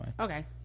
Okay